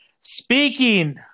Speaking